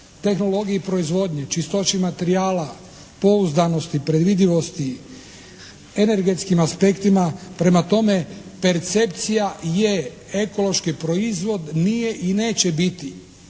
tehnologiji proizvodnje, čistoći materijala, pouzdanosti, predvidljivosti, energetskim aspektima. Prema tome percepcija je ekološki proizvod. Nije i neće biti